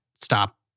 stop